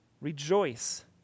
rejoice